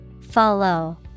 Follow